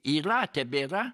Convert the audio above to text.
yra tebėra